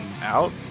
out